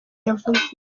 yavuze